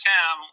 Tim